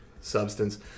substance